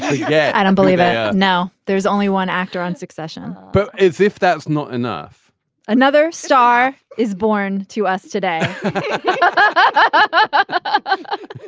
yeah i don't believe that. yeah now there is only one actor on succession but it's if that's not enough another star is born to us today but